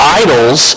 idols